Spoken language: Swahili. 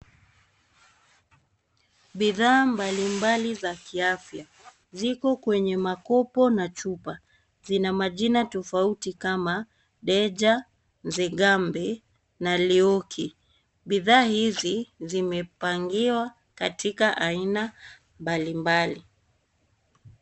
Bidhaa mbalimbali za kiafya ziko kwenye makopo na chupa. Zina majina tofauti kama 'DEJA', 'NZEGAMBE' na 'LEOKI'. Bidhaa hizi zimepangiwa katika aina mbalimbali.